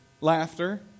Laughter